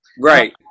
Right